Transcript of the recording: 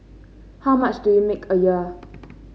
how much do you make a year